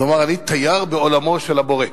אז הוא אמר: אני תייר בעולמו של הבורא,